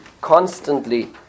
constantly